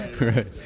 Right